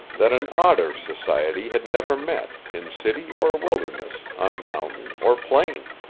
that an odder society had never met, in city or wilderness, on mountain or plain.